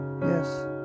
Yes